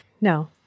no